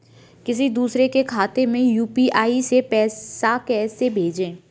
किसी दूसरे के खाते में यू.पी.आई से पैसा कैसे भेजें?